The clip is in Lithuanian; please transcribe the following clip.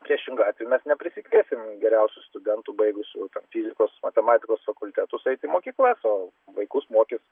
priešingu atveju mes neprisikviesim geriausių studentų baigusių fizikos matematikos fakultetus eit į mokyklas o vaikus mokys